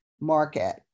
market